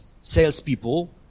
salespeople